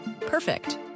Perfect